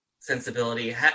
sensibility